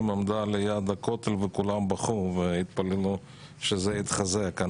עמדה ליד הכותל וכולם בכו והתפללו שזה יתחזק.